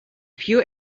few